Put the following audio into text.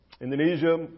Indonesia